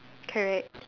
correct